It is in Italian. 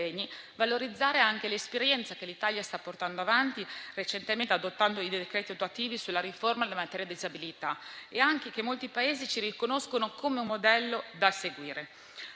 valorizzare anche l'esperienza che l'Italia sta portando avanti recentemente, adottando i decreti attuativi sulla riforma in materia di disabilità, e che molti Paesi ci riconoscono come un modello da seguire.